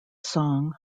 song